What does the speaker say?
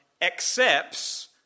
accepts